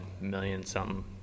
million-something